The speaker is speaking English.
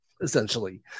essentially